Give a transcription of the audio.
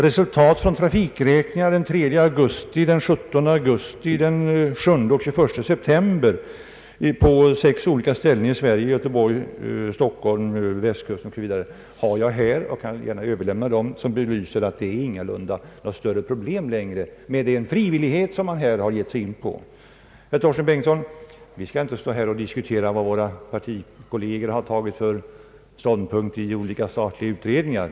Resultat av trafikräkningar den 3 augusti, den 17 augusti, den 7 och 21 september på sex olika ställen i Sverige — Göteborg, Stockholm, Västkusten 0.S.v. — har jag i min hand, och jag vill gärna överlämna dem. Lastbilstrafiken är inte något problem längre just på grund av den frivillighet som man nu gått in för. Herr Torsten Bengtson, vi skall inte stå här och diskutera våra partikollegers ståndpunkter i olika statliga utredningar.